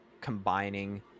combining